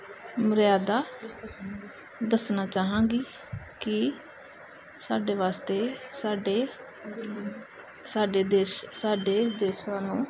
ਮਰਿਆਦਾ ਦੱਸਣਾ ਚਾਹਾਂਗੀ ਕਿ ਸਾਡੇ ਵਾਸਤੇ ਸਾਡੇ ਸਾਡੇ ਦੇਸ਼ ਸਾਡੇ ਦੇਸ਼ ਨੂੰ